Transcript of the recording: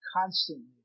constantly